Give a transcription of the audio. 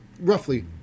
roughly